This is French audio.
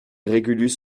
régulus